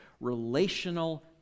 relational